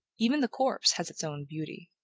even the corpse has its own beauty.